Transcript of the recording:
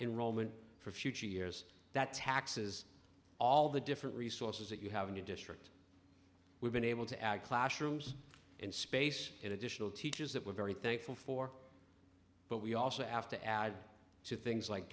roman for future years that taxes all the different resources that you have in your district we've been able to add classrooms and space in additional teachers that we're very thankful for but we also have to add to things like